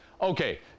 Okay